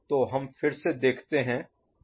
तो हम फिर से देखते हैं रिप्रजेंटेशन वाला हिस्सा है